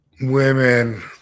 women